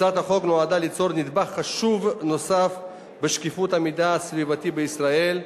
הצעת החוק נועדה ליצור נדבך חשוב נוסף בשקיפות המידע הסביבתי בישראל,